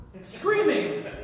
Screaming